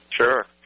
Sure